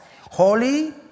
holy